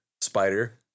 spider